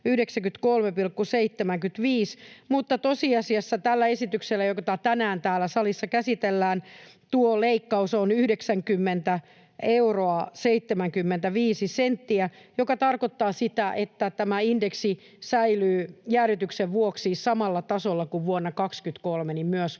893,75, niin tosiasiassa tällä esityksellä, jota tänään täällä salissa käsitellään, tuo leikkaus on 90 euroa 75 senttiä, mikä tarkoittaa sitä, että tämä indeksi säilyy jäädytyksen vuoksi samalla tasolla kuin vuonna 23 myös vuonna